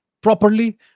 properly